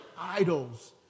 idols